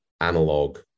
analog